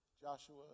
Joshua